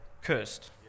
cursed